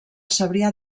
cebrià